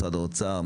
משרד האוצר,